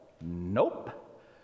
nope